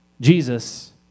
Jesus